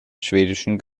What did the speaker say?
schwedischen